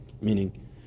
meaning